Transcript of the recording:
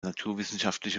naturwissenschaftliche